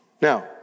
Now